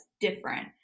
different